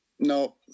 No